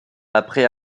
après